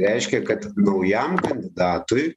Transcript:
reiškia kad naujam kandidatui